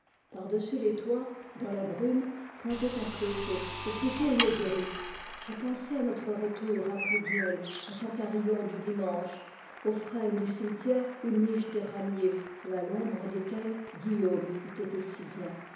par-dessus les toits dans la brume pointait un clocher ou plutôt une guérite je pensai à notre tour de plouguiel à son carillon du dimanche aux frênes du cimetière où nichent des ramiers et à l'ombre desquels guillaume eût été si bien